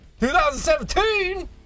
2017